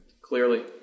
Clearly